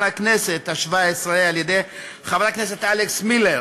הכנסת השבע-עשרה על-ידי חבר הכנסת אלכס מילר,